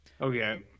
Okay